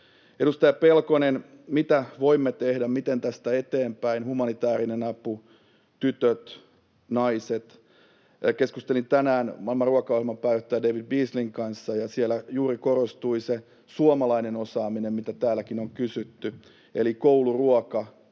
Edustaja Pelkonen: mitä voimme tehdä, miten tästä eteenpäin, humanitäärinen apu, tytöt, naiset. Keskustelin tänään Maailman ruokaohjelman pääjohtaja David Beasleyn kanssa, ja siellä juuri korostui se suomalainen osaaminen, mitä täälläkin on kysytty, eli kouluruoka